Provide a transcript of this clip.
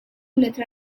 letra